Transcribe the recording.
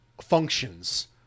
functions